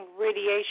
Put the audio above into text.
radiation